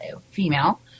female